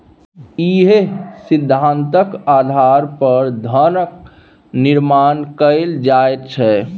इएह सिद्धान्तक आधार पर धनक निर्माण कैल जाइत छै